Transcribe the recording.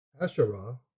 Asherah